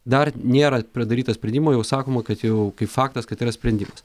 dar nėra pradarytas sprendimo jau sakoma kad jau kaip faktas kad tai yra sprendimas